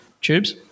Tubes